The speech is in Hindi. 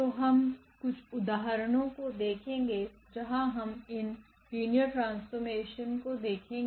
तो हम कुछउदाहरणों को देखेगे जहां हम इन लिनियर ट्रांसफॉर्मेशन को देखेगे